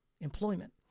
employment